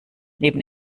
neben